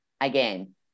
again